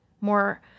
more